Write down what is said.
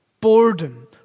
boredom